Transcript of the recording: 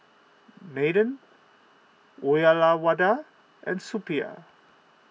Nathan Uyyalawada and Suppiah